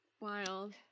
Wild